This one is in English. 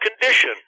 condition